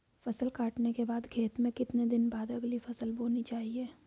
फसल काटने के बाद खेत में कितने दिन बाद अगली फसल बोनी चाहिये?